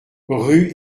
rue